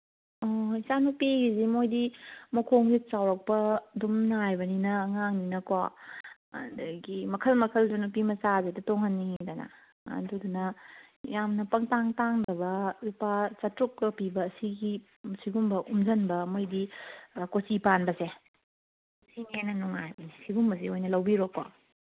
ꯑꯣ ꯏꯆꯥꯅꯨꯄꯤꯒꯤꯗꯤ ꯃꯣꯏꯗꯤ ꯃꯈꯣꯡꯁꯦ ꯆꯥꯎꯔꯛꯄ ꯑꯗꯨꯝ ꯅꯥꯏꯕꯅꯤꯅ ꯑꯉꯥꯡꯅꯤꯅꯀꯣ ꯑꯗꯒꯤ ꯃꯈꯜ ꯃꯈꯜꯗꯨ ꯅꯨꯄꯤꯃꯆꯥꯁꯤꯗ ꯇꯣꯡꯍꯟꯅꯤꯡꯉꯤꯗꯅ ꯑꯗꯨꯅ ꯌꯥꯝꯅ ꯄꯪꯇꯥꯡ ꯇꯥꯡꯗꯕ ꯂꯨꯄꯥ ꯆꯇ꯭ꯔꯨꯛꯀ ꯄꯤꯕ ꯁꯤꯒꯤ ꯁꯤꯒꯨꯝꯕ ꯎꯝꯖꯤꯟꯕ ꯃꯣꯏꯗꯤ ꯀꯣꯆꯤ ꯄꯥꯟꯕꯁꯦ ꯁꯤꯅ ꯍꯦꯟꯅ ꯅꯨꯡꯉꯥꯏꯕꯅꯤ ꯁꯤꯒꯨꯝꯕꯁꯦ ꯑꯣꯏꯅ ꯂꯧꯕꯤꯔꯣꯀꯣ